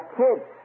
kids